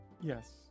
Yes